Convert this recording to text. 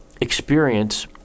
experience